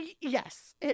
Yes